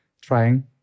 trying